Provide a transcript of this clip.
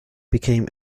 became